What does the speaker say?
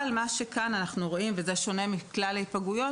אבל אנחנו רואים גם וזה שונה מכלל ההיפגעויות